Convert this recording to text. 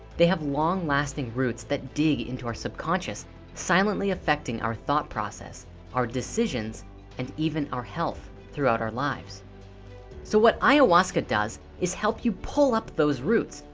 they have long lasting roots that dig into our subconscious silently affecting our thought process our decisions and even our health throughout our lives so what ayahuasca does is help you pull up those roots?